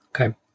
Okay